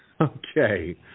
okay